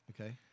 Okay